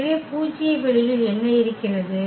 எனவே பூஜ்ய வெளியில் என்ன இருக்கிறது